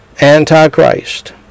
anti-Christ